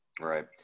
Right